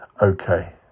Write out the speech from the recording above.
Okay